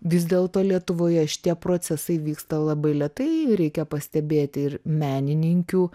vis dėlto lietuvoje šitie procesai vyksta labai lėtai reikia pastebėti ir menininkių